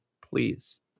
please